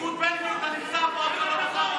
בזכות בן גביר אתה פה, אף אחד לא בחר אותך.